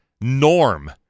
norm